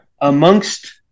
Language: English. amongst